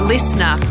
Listener